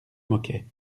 moquait